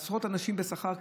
עשרות אנשים בשכר,